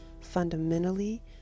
fundamentally